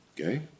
Okay